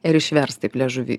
ir išverst taip liežuvį